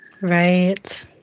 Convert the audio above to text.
Right